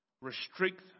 restrict